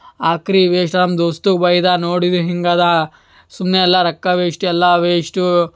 ಆಕ್ರಿ waste ನಮ್ಮ ದೊಸ್ತಗ್ ಬೈದೆ ನೋಡಿದು ಹಿಂಗದೆ ಸುಮ್ಮನೆ ಎಲ್ಲ ರೊಕ್ಕ ವೇಶ್ಟು